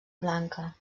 blanca